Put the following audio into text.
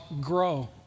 grow